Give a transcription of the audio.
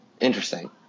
Interesting